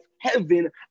heaven